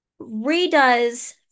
redoes